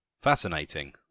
Fascinating